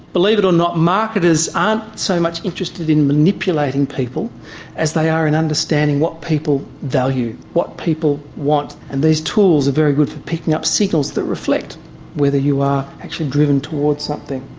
believe it or not marketers aren't so much interested in manipulating people as they are in understanding what people value, what people want. and these tools are very good for picking up signals that reflect whether you are actually driven towards something,